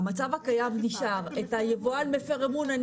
המצב הקיים נשאר בעניין היבואן מפר האמון.